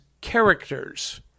characters